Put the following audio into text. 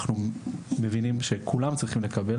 אנחנו מבינים שכולם צריכים לקבל,